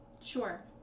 Sure